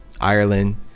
ireland